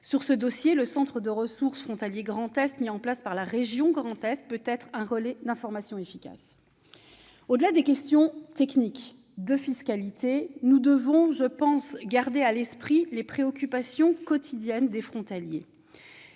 Sur ce dossier, le centre de ressources Frontaliers Grand-Est mis en place par la région peut être un relais d'information efficace. Au-delà des questions techniques de fiscalité, nous devons garder à l'esprit les préoccupations quotidiennes des frontaliers